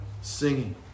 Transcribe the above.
singing